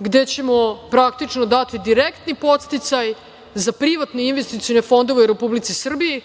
gde ćemo praktično dati direktni podsticaj za privatne investicione fondove u Republici Srbiji,